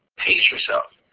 pace yourself.